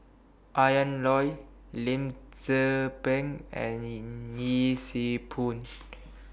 Ian Loy Lim Tze Peng and Yee Siew Pun